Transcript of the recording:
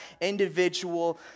individual